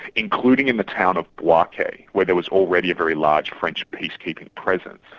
including in the town of bouake where there was already a very large french policekeeping presence.